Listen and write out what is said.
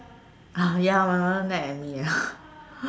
ah ya my mother nag at me ah